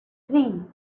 three